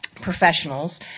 professionals